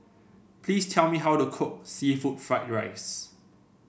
please tell me how to cook seafood Fried Rice